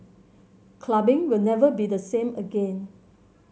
clubbing will never be the same again